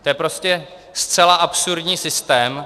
To je prostě zcela absurdní systém.